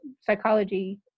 psychology